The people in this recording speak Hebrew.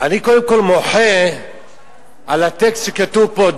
אני קודם כול מוחה על הטקסט שכתוב פה,